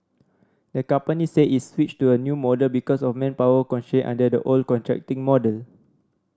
the company said it's switched to a new model because of manpower constraint under the old contracting model